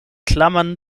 klammern